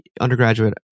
undergraduate